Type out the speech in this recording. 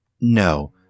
no